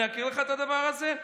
אני אקריא לך את הדבר הזה.